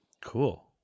Cool